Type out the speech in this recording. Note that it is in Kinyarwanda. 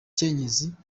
perezida